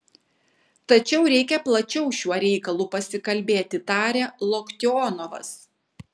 tačiau reikia plačiau šiuo reikalu pasikalbėti tarė loktionovas